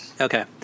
Okay